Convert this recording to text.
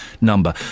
number